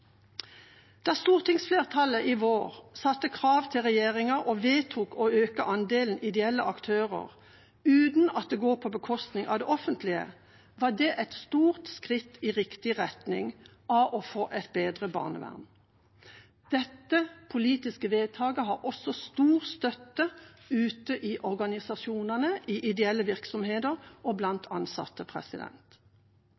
Da stortingsflertallet i vår stilte krav til regjeringa og vedtok å øke andelen ideelle aktører uten at det går på bekostning av det offentlige, var det et stort skritt i riktig retning av å få et bedre barnevern. Dette politiske vedtaket har også stor støtte ute i organisasjonene, i ideelle virksomheter og